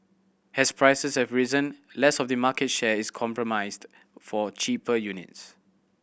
as prices have risen less of the market share is comprised for cheaper units